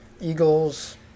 Eagles